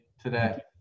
today